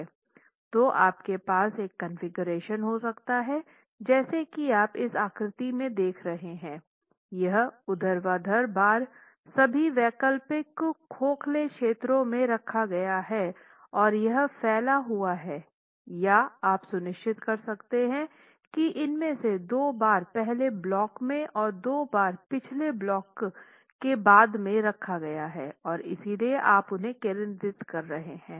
तो आपके पास एक कॉन्फ़िगरेशन हो सकता है जैसा की आप इस आकृति में देख रहे हैं यह ऊर्ध्वाधर बार सभी वैकल्पिक खोखले क्षेत्रों में रखा गया है और यह फैला हुआ है या आप सुनिश्चित कर सकते हैं की इनमें से दो बार पहले ब्लॉक में और दो बार पिछले ब्लॉक के बाद में रखे गए हैं और इसलिए आप उन्हें केंद्रित कर रहे हैं